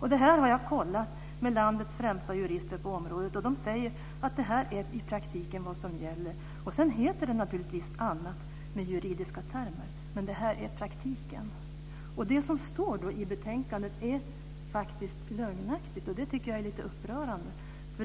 Detta har jag kontrollerat med landets främsta jurister på området, och de säger att detta i praktiken är vad som gäller. Sedan heter det naturligtvis något annat med juridiska termer. Men detta är praktiken. Det som står i betänkandet är faktiskt lögnaktigt, vilket jag tycker är lite upprörande.